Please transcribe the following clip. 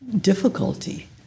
difficulty